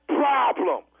problem